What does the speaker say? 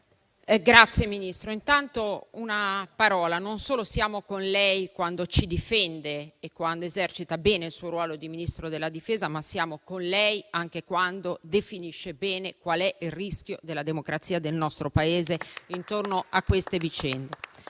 Signor Ministro, intanto vorrei dire che siamo con lei non solo quando ci difende e quando esercita bene il suo ruolo di Ministro della difesa, ma anche quando definisce bene qual è il rischio della democrazia e del nostro Paese intorno a queste vicende.